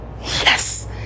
yes